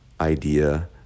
idea